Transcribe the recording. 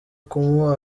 kumuba